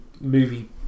movie